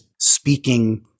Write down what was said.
speaking